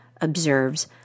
observes